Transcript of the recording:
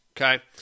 okay